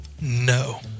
No